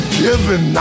given